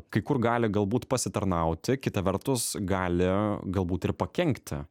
kai kur gali galbūt pasitarnauti kita vertus gali galbūt ir pakenkti